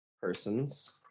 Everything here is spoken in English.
persons